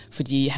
Fordi